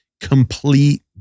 complete